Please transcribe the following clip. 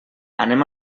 anem